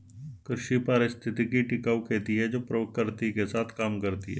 कृषि पारिस्थितिकी टिकाऊ खेती है जो प्रकृति के साथ काम करती है